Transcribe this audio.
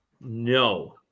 No